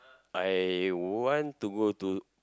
I want to go to